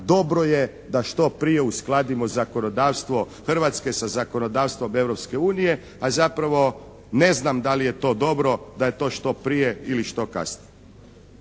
dobro je da što prije uskladimo zakonodavstvo Hrvatske sa zakonodavstvom Europske unije, a zapravo ne znam da li je to dobro da li je to što prije ili što kasnije.